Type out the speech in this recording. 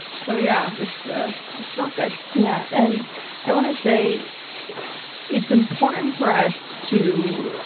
so yeah, it's ah it's not good. yeah, and i want to say it's important for us to,